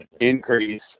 increase